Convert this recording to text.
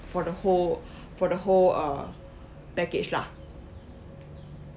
for the whole for the whole uh package lah